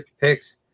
picks